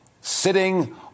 sitting